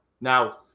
Now